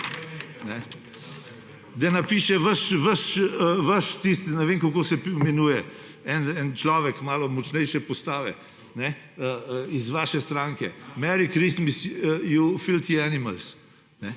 Da napiše vaš tisti, ne vem, kako se imenuje, en človek malo močnejše postave iz vaše stranke: »Merry Christmas you filthy animals.«